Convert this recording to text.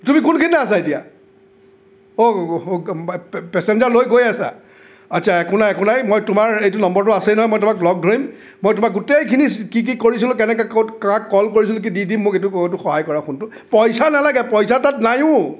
তুমি কোনখিনিতে আছা এতিয়া অহ পেচেঞ্জাৰ লৈ গৈ আছা আচ্ছা একো নাই একো নাই মই তোমাৰ এইটো নম্বৰটো আছেই নহয় মই তোমাক লগ ধৰিম মই তোমাক গোটেইখিনি কি কি কৰিছিলোঁ কেনেকৈ ক'ত কাক ক'ল কৰিছিলোঁ কি দি দিম মোক এইটো এইটো সহায় কৰা সোণটো পইচা নালাগে পইচা তাত নায়ো